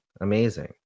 amazing